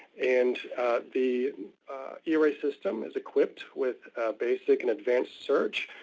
and the era system is equipped with basic and advanced search,